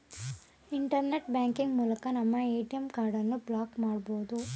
internet banking ಮೂಲಕ ನಮ್ಮ ATM ಕಾರ್ಡನ್ನು ಬ್ಲಾಕ್ ಮಾಡಬೊದು